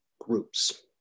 groups